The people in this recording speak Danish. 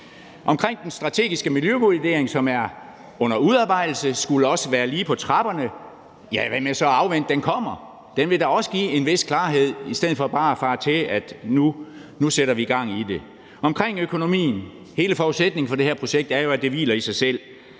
lande. Den strategiske miljøvurdering, som er under udarbejdelse, skulle også være lige på trapperne. Hvad så med at afvente, at den kommer – den vil da også give en vis klarhed – i stedet for bare at fare ud og sætte gang i det? I forhold til økonomien er hele forudsætningen for det her projekt jo, at det hviler i sig selv.